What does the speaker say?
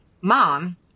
mom